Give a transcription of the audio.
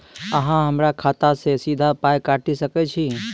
अहॉ हमरा खाता सअ सीधा पाय काटि सकैत छी?